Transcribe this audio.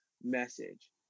message